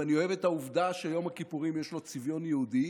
ואני אוהב את העובדה שליום הכיפורים יש צביון יהודי,